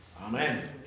Amen